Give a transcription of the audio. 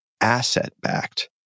asset-backed